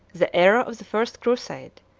the aera of the first crusade,